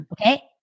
okay